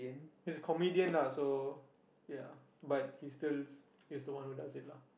he's a comedian lah so ya but he's the he's the one who does it lah